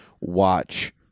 watch